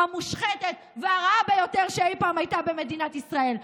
המושחתת והרעה ביותר שאי פעם הייתה במדינת ישראל.